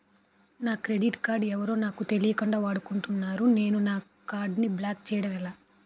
నా credit card ఎవరో నాకు తెలియకుండా వాడుకున్నారు నేను నా కార్డ్ ని బ్లాక్ చేయడం ఎలా?